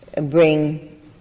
bring